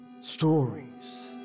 Stories